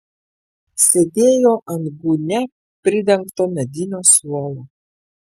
sėdėjo ant gūnia pridengto medinio suolo